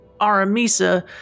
Aramisa